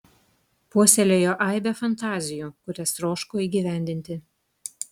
puoselėjo aibę fantazijų kurias troško įgyvendinti